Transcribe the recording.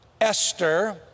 Esther